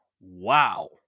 wow